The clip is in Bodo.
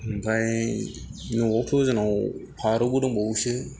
ओमफ्राय न'वावथ' जोंनाव फारौबो दंबावोसो